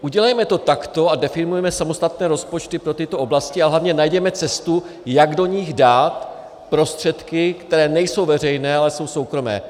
Udělejme to takto a definujme samostatné rozpočty pro tyto oblasti a hlavně najděme cestu, jak do nich dát prostředky, které nejsou veřejné, ale jsou soukromé.